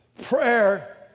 prayer